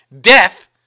Death